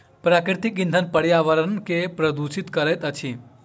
प्राकृतिक इंधन पर्यावरण के प्रदुषित करैत अछि